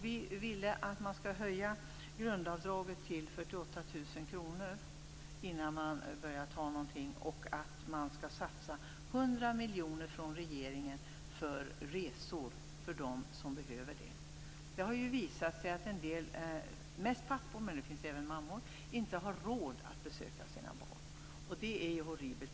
Vi vill att grundavdraget skall höjas till 48 000 kr innan man börjar ta något, och att regeringen skall satsa 100 miljoner på resor för dem som behöver det. Det har ju visat sig att en del, mest pappor men även mammor, inte har råd att besöka sina barn. Det är ju horribelt!